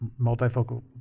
multifocal